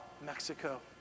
Mexico